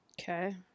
Okay